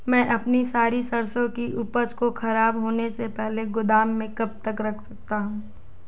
मैं अपनी सरसों की उपज को खराब होने से पहले गोदाम में कब तक रख सकता हूँ?